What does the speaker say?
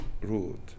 root